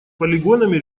полигонами